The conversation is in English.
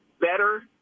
better